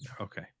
Okay